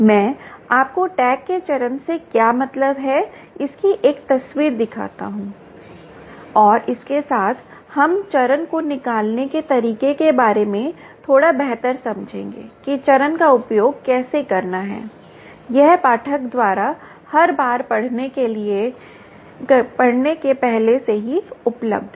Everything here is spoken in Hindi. मैं आपको टैग के चरण से क्या मतलब है इसकी एक तस्वीर दिखाता हूं और इसके साथ हम इस चरण को निकालने के तरीके के बारे में थोड़ा बेहतर समझेंगे कि चरण का उपयोग कैसे करना है यह पाठक द्वारा हर बार पढ़ने के पहले से ही उपलब्ध है